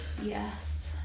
Yes